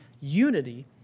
unity